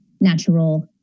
natural